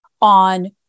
on